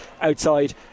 outside